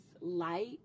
light